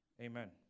Amen